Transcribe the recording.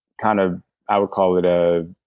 kind of i would call it a.